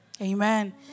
Amen